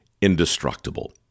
indestructible